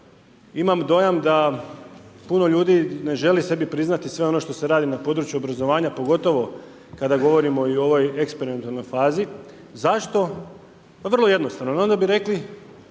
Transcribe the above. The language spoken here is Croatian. imamo dojam da puno ljudi ne želi sebi priznati sve ono što se radi na području obrazovanja pogotovo kada govorimo i o ovoj eksperimentalnoj fazi. Zašto? Pa vrlo jednostavno